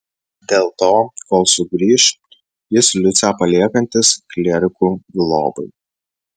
dėl to kol sugrįš jis liucę paliekantis klierikų globai